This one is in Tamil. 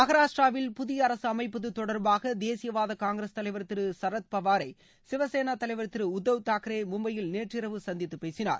மகாராஷ்டிராவின் புதிய அரசு அமைப்பது தொடர்பாக தேசியவாத காங்கிரஸ் தலைவர் திரு சரத்பவாரை சிவரேனா தலைவர் திரு உத்தவ் தாக்ரே மும்பையில் நேற்று இரவு சந்தித்து பேசினார்